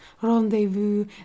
rendezvous